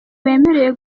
wemerewe